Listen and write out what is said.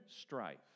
strife